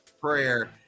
prayer